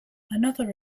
another